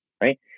right